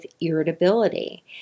irritability